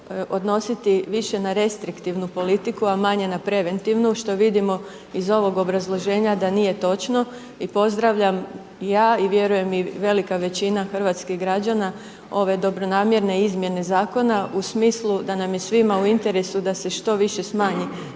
odnositi više na restriktivnu politiku, a manje na preventivu što vidimo iz ovog obrazloženja da nije točno i pozdravlja ja i vjerujem i velika većina hrvatskih građana ove dobronamjerne izmjene zakona u smislu da nam je svima u interesu da se što više smanji